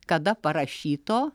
kada parašyto